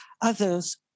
others